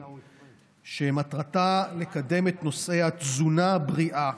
שמטרתה לקדם את נושא התזונה הבריאה